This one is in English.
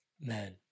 Man